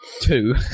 Two